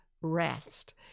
rest